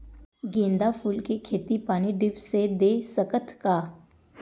गेंदा फूल के खेती पानी ड्रिप से दे सकथ का?